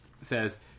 says